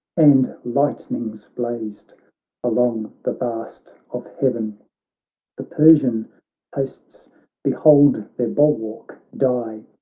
and lightnings blazed along the vast of heaven the persian hosts behold their bulwark die.